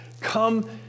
come